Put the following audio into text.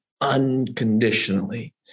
unconditionally